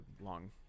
long